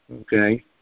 okay